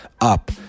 up